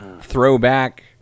throwback